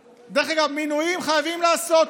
אגב, מינויים חייבים לעשות.